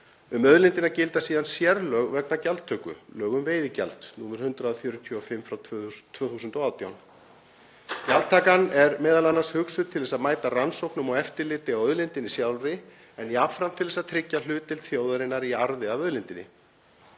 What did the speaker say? Um auðlindina gilda síðan sérlög vegna gjaldtöku, lög um veiðigjald, nr. 145/2018. Gjaldtakan er m.a. hugsuð til að mæta rannsóknum og eftirliti á auð-lindinni sjálfri en jafnframt til þess að tryggja hlutdeild þjóðarinnar í arði af auðlindinni.